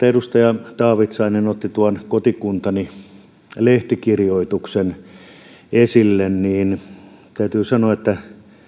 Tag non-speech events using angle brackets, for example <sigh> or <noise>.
<unintelligible> edustaja taavitsainen otti tuon kotikuntani lehtikirjoituksen esille täytyy sanoa että